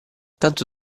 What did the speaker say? tanto